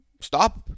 stop